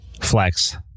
Flex